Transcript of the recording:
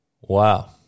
Wow